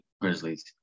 Grizzlies